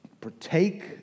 partake